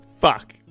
Fuck